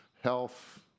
health